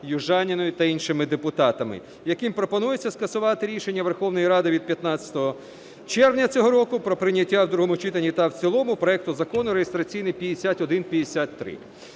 Южаніною, та іншими депутатами, яким пропонується скасувати рішення Верховної Ради від 15 червня цього року про прийняття в другому читанні та в цілому проекту Закону реєстраційний 5153.